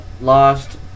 lost